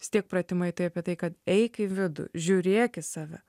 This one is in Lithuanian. vistiek pratimai tai apie tai kad eik į vidų žiūrėk į save